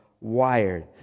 wired